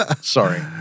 Sorry